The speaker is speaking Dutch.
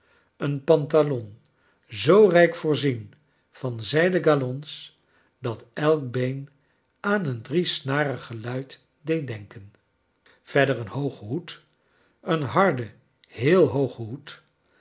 een pantalon zoo rijk voorzien van zijden galons dat elk been aan een driesnarige luit deed denken verder een hoogen hoed een harden heel hoogen hoed